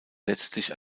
letztlich